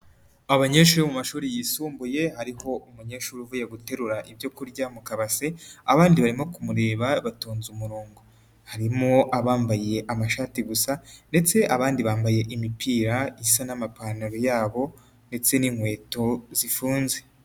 Abanyeshuri bo mu mashuri yisumbuye, hariho umunyeshuri uvuye guterura ibyo kurya mu kabase, abandi barimo kumureba batonze umurongo, harimo abambaye amashati gusa ndetse abandi bambaye imipira isa n'amapantaro yabo ndetse n'inkweto zifunze.